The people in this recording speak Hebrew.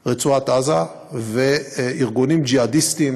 ברצועת-עזה וארגונים ג'יהאדיסטיים,